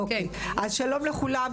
אז שלום לכולם.